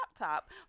laptop